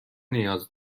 نیاز